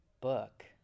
book